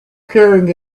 carrying